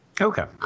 Okay